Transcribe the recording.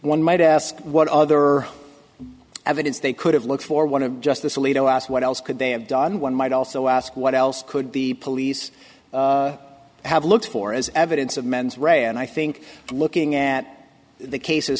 one might ask what other evidence they could have looked for one of justice alito asked what else could they have done one might also ask what else could be police have looked for as evidence of mens rea and i think looking at the cases